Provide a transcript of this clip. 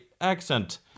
accent